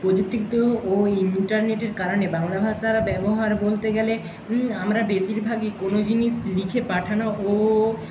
প্রযুক্তিগত ও ইন্টারনেটের কারণে বাংলা ভাষার ব্যবহার বলতে গেলে আমরা বেশিরভাগই কোনো জিনিস লিখে পাঠানো ও